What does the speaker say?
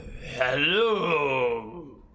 hello